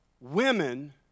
women